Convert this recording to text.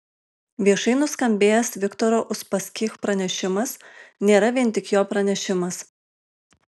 viešai nuskambėjęs viktoro uspaskich pranešimas nėra vien tik jo pranešimas